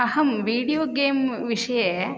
अहं video game विषये